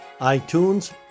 iTunes